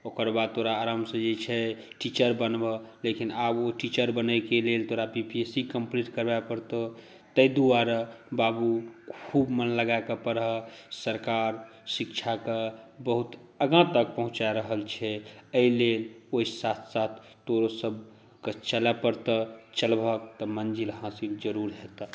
ओकर बाद तोरा आरामसं जे छै टीचर बनबय लेकिन आब ओ टीचर बनयक लेल तोरा B P S C compete करय परत ताहि दुआरे बाबू खूब मन लगाके पढ़ऽ सरकार शिक्षाके बहुत आगाँ तक पहुँचा रहल छै एहि लेल ओहि साथ साथ तोरोसभके चलऽ परतऽ चलबह तऽ मंज़िल हासिल ज़रूर हेतऽ